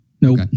Nope